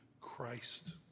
Christ